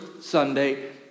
Sunday